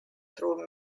through